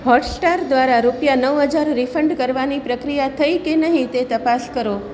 Hotstar દ્વારા રૂપિયા નવ હજાર રીફંડ કરવાની પ્રક્રિયા થઈ કે નહીં તે તપાસ કરો